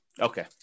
Okay